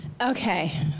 Okay